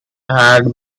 had